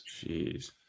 Jeez